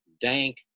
dank